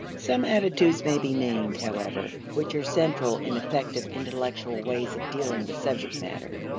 some attitudes may be named, however which are central in effective intellectual ways of dealing with subject matter.